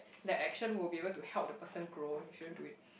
that action will be able to help the person grow you shouldn't do it